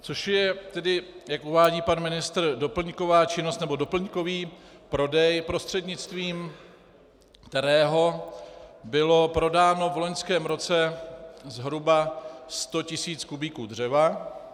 Což je tedy, jak uvádí pan ministr, doplňková činnost nebo doplňkový prodej, prostřednictvím kterého bylo prodáno v loňském roce zhruba 100 tisíc kubíků dřeva.